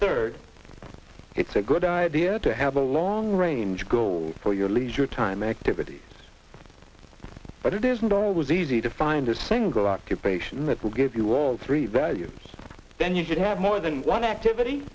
third it's a good idea to have a long range goal for your leisure time activities but it isn't always easy to find a single occupation that will give you all three values then you should have more than one activity